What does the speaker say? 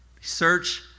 search